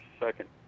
second